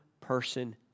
person